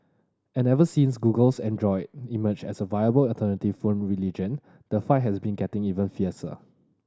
and ever since Google's Android emerged as a viable alternative phone religion the fight has been getting even fiercer